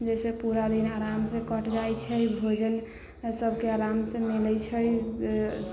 जाहिसँ पूरा दिन आरामसँ कटि जाइत छै भोजनसभके आरामसँ मिलैत छै